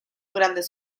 grandes